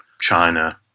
China